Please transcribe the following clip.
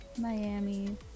Miami